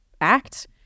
act